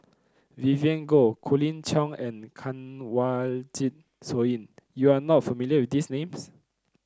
Vivien Goh Colin Cheong and Kanwaljit Soin you are not familiar with these names